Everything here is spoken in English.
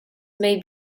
may